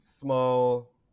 small